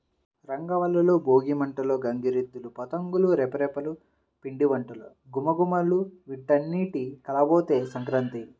రంగవల్లులు, భోగి మంటలు, గంగిరెద్దులు, పతంగుల రెపరెపలు, పిండివంటల ఘుమఘుమలు వీటన్నింటి కలబోతే సంక్రాంతి